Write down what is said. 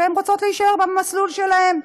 ורוצות להישאר במסלול שלהן.